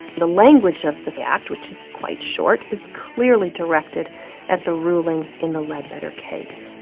the language of the the act, which is quite short, is clearly directed at the ruling in the ledbetter case.